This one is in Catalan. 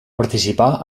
participar